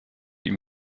ihm